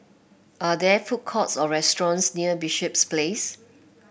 are there food courts or restaurants near Bishops Place